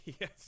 yes